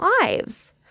lives